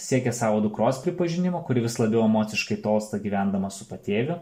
siekia savo dukros pripažinimo kuri vis labiau emociškai tolsta gyvendama su patėviu